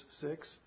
six